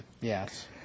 Yes